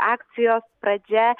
akcijos pradžia